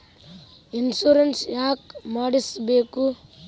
Insurance ಯಾಕ್ ಮಾಡಿಸಬೇಕು?